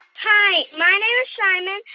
hi. my name is simon,